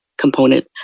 component